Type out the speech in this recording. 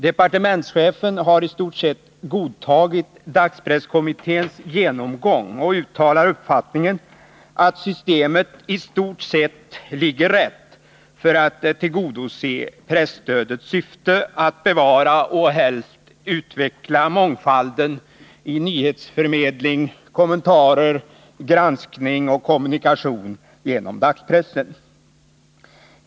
Departementschefen har i huvudsak godtagit dagspresskommitténs genomgång, och han uttalar uppfattningen att systemet i stort sett ligger rätt för att tillgodose presstödets syfte, nämligen att bevara och helst utveckla mångfalden i nyhetsförmedling, kommentarer, granskning och kommunikation genom dagspressen.